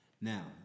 Now